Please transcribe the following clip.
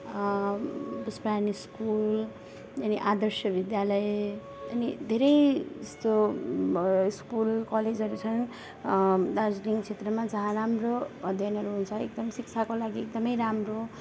Pushparani school अनि आदर्श विद्यालय अनि धेरै त्यस्तो स्कुल कलेजहरू छन् दार्जिलिङ क्षेत्रमा जहाँ राम्रो अध्ययनहरू हुन्छ एकदम शिक्षाको लागि एकदमै राम्रो